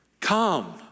come